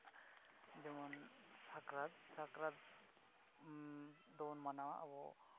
ᱡᱮᱢᱚᱱ ᱥᱟᱠᱨᱟᱛ ᱥᱟᱠᱨᱟᱛ ᱫᱚᱵᱚᱱ ᱢᱟᱱᱟᱣᱟ ᱟᱵᱚ